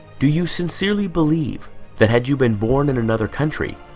do you sincerely believe that had you been born in another country?